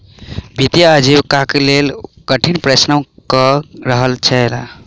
वित्तीय आजीविकाक लेल ओ कठिन परिश्रम कय रहल छलाह